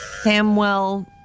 Samuel